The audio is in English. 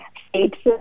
state's